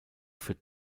für